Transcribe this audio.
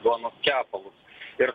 duonos kepalus ir